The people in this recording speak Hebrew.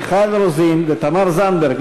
מיכל רוזין ותמר זנדברג,